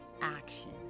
action